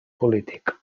polític